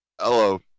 Hello